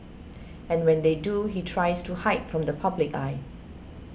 and when they do he tries to hide from the public eye